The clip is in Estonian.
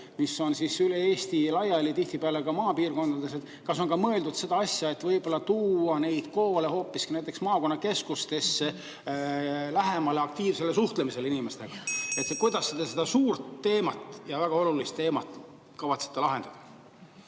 mis on üle Eesti laiali, tihtipeale ka maapiirkondades. Kas on ka mõeldud seda asja, et võib‑olla tuua neid koole hoopis näiteks maakonnakeskustesse, lähemale aktiivsemale suhtlemisele inimestega? (Juhataja helistab kella.) Kuidas te seda suurt ja väga olulist teemat kavatsete lahendada?